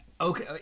Okay